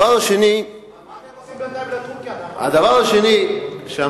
מה אתם עושים בינתיים בטורקיה, אתה יכול להגיד?